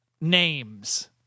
names